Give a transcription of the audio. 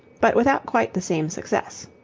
but without quite the same success.